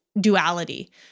duality